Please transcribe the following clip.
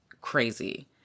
crazy